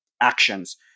actions